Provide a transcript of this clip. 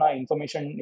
information